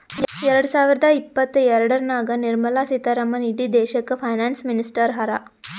ಎರಡ ಸಾವಿರದ ಇಪ್ಪತ್ತಎರಡನಾಗ್ ನಿರ್ಮಲಾ ಸೀತಾರಾಮನ್ ಇಡೀ ದೇಶಕ್ಕ ಫೈನಾನ್ಸ್ ಮಿನಿಸ್ಟರ್ ಹರಾ